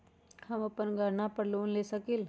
हम अपन गहना पर लोन ले सकील?